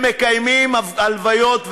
הם מקיימים הלוויות,